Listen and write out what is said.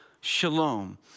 Shalom